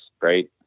right